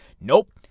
Nope